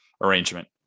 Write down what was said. arrangement